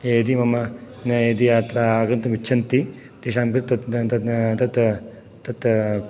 यदि मम यदि अत्र आगन्तुम् इच्छन्ति तेषां तु तत् तत् तत् तत्